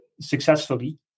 successfully